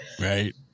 Right